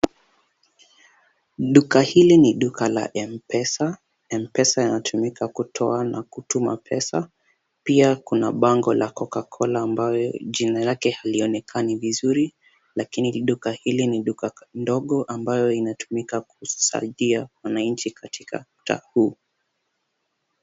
Duka hili ni duka la Mpesa. Mpesa inatumika kutoa na kutuma pesa. Pia kuna bango la Cocacola ambayo jina lake halionekani vizuri lakini duka hili ni duka ndogo ambayo inatumika kusaidia wananchi katika mtaa huu.